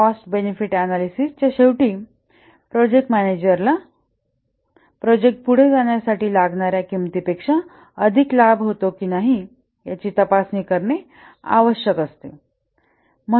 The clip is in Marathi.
कॉस्ट बेनिफिट एनालिसिस च्या शेवटी प्रोजेक्ट मॅनेजरला प्रोजेक्ट पुढे जाण्यासाठी लागणार्या किंमतीपेक्षा अधिक लाभ होतो की नाही याची तपासणी करणे आवश्यक असते